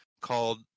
called